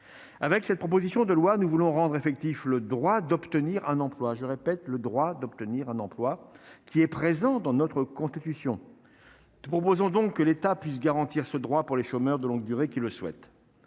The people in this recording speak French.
avec cette proposition de loi, nous voulons rendre effectif le droit d'obtenir un emploi, je répète, le droit d'obtenir un emploi qui est présent dans notre Constitution nous proposons donc que l'État puisse garantir ce droit pour les chômeurs de longue durée qui le souhaitent,